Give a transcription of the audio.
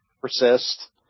Persist